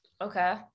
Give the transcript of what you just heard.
Okay